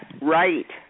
Right